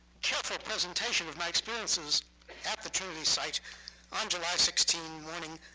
careful presentation of my experiences at the trinity site on july sixteen, morning,